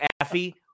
Effie